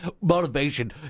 Motivation